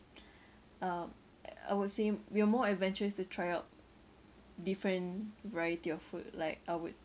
um uh I would say we are more adventurous to try out different variety of food like I would